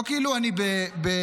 לא כאילו אני במילואים.